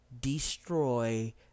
destroy